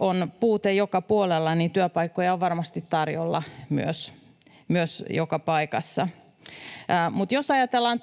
on puute joka puolella, työpaikkoja on varmasti tarjolla joka paikassa. Mutta jos ajatellaan